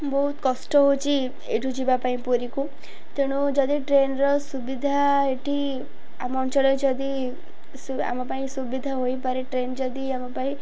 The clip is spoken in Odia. ବହୁତ କଷ୍ଟ ହେଉଛି ଏଠୁ ଯିବା ପାଇଁ ପୁରୀକୁ ତେଣୁ ଯଦି ଟ୍ରେନ୍ର ସୁବିଧା ଏଠି ଆମ ଅଞ୍ଚଳରେ ଯଦି ଆମ ପାଇଁ ସୁବିଧା ହୋଇପାରେ ଟ୍ରେନ୍ ଯଦି ଆମ ପାଇଁ